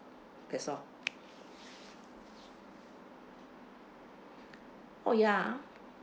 that's all oh ya